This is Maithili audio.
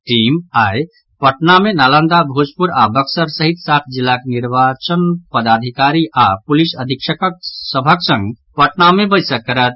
टीम आई पटना मे नालंदा भोजपुर आओर बक्सर सहित सात जिलाक जिला निर्वाचन पदाधिकारी आओर पुलिस अधीक्षक सभक संग पटना मे बैसक करत